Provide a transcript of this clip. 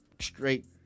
straight